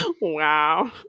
wow